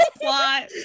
plot